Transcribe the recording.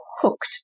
hooked